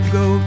go